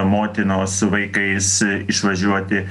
motinos su vaikais išvažiuoti